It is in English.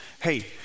Hey